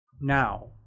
now